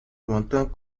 lointains